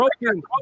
broken